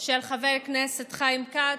של חבר הכנסת חיים כץ,